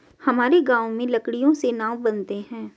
हमारे गांव में लकड़ियों से नाव बनते हैं